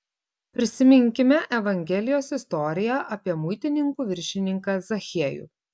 prisiminkime evangelijos istoriją apie muitininkų viršininką zachiejų